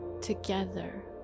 together